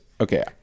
okay